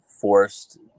forced